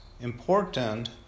important